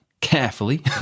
carefully